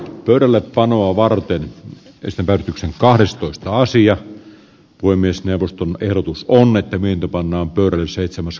pöydällepanoa varten ystävä yrityksen kahdestoista sija voi myös neuvoston ehdotus on nyttemmin tapana tori seitsemäs